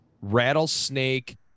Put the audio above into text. Rattlesnake